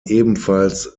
ebenfalls